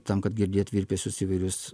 tam kad girdėt virpesius įvairius